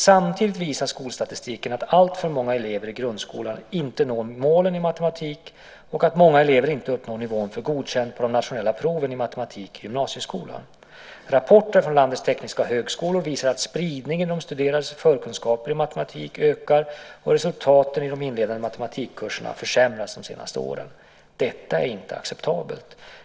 Samtidigt visar skolstatistiken att alltför många elever i grundskolan inte når målen i matematik och att många elever inte uppnår nivån för Godkänd på de nationella proven i matematik i gymnasieskolan. Rapporter från landets tekniska högskolor visar att spridningen i de studerandes förkunskaper i matematik ökar och att resultaten i de inledande matematikkurserna försämrats de senaste åren. Detta är inte acceptabelt.